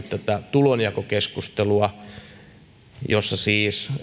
tulonjakokeskustelua ja siis